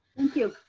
thank you.